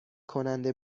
کننده